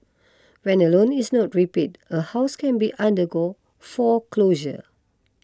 when a loan is not repaid a house can be undergo foreclosure